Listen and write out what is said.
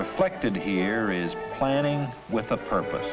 reflected here is planning with a purpose